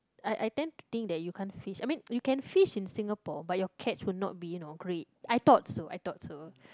I I tend to think that you can't fish I mean you can fish in Singapore but your catch will not be you know great I thought so I thought so